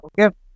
okay